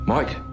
Mike